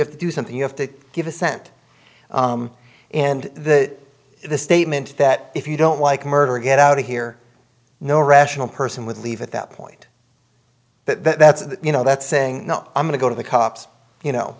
have to do something you have to give a cent and that the statement that if you don't like murder get out of here no rational person would leave at that point that that's you know that's saying no i'm going to go to the cops you know